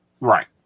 Right